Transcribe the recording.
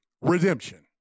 redemption